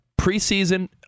Preseason